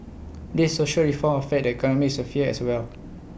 these social reforms affect the economic sphere as well